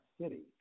City